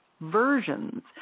versions